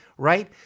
Right